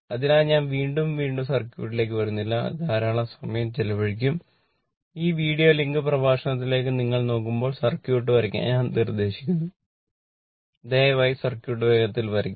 അതിനാൽ ഞാൻ വീണ്ടും സർക്യൂട്ടിലേക്ക് വന്നില്ല അത് ധാരാളം സമയം ചെലവഴിക്കും ഈ വീഡിയോ ലിങ്ക് പ്രഭാഷണത്തിലേക്ക് നിങ്ങൾ നോക്കുമ്പോൾ സർക്യൂട്ട് വരയ്ക്കാൻ ഞാൻ നിർദ്ദേശിക്കുന്നു ദയവായി സർക്യൂട്ട് വേഗത്തിൽ വരയ്ക്കുക